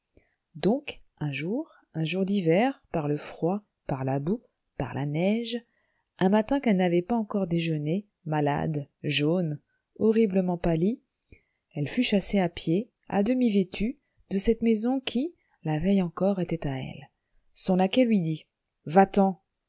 donc un jour un jour d'hiver par le froid par la boue par la neige un matin qu'elle n'avait pas encore déjeuné malade jaune horriblement pâlie elle fut chassée à pied à demi vêtue de cette maison qui la veille encore était à elle son laquais lui dit